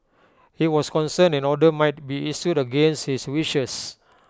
he was concerned an order might be issued against his wishes